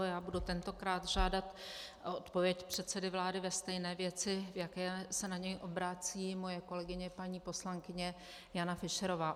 Já budu tentokrát žádat o odpověď předsedu vlády ve stejné věci, v jaké se na něj obrací moje kolegyně paní poslankyně Jana Fischerová.